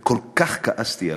וכל כך כעסתי עליכם,